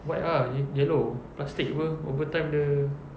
white ah ye~ yellow plastic apa over time dia